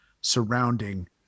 surrounding